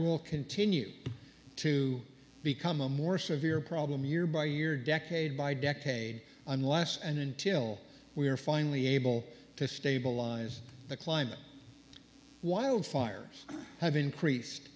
will continue to become a more severe problem year by year decade by decade unless and until we are finally able to stabilize the climate wildfires have increased